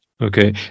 Okay